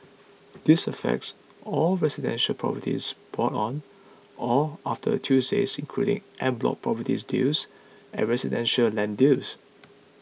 this affects all residential properties bought on or after Tuesday including en bloc properties deals and residential land deals